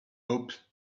hopped